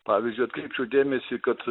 pavyzdžiui atkreipiu dėmesį kad